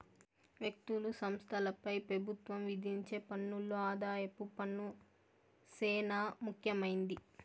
వ్యక్తులు, సంస్థలపై పెబుత్వం విధించే పన్నుల్లో ఆదాయపు పన్ను సేనా ముఖ్యమైంది